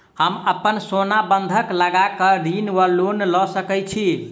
हम अप्पन सोना बंधक लगा कऽ ऋण वा लोन लऽ सकै छी?